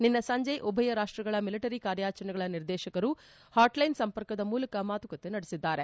ನಿನ್ನೆ ಸಂಜೆ ಉಭಯ ರಾಷ್ಟಗಳ ಮಿಲಿಟರಿ ಕಾರ್ಯಾಚರಣೆಗಳ ನಿರ್ದೇಶಕರು ಡಿಜಿಎಂಒ ಹಾಟ್ಲೈನ್ ಸಂಪರ್ಕದ ಮೂಲಕ ಮಾತುಕತೆ ನಡೆಸಿದ್ದಾರೆ